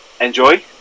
enjoy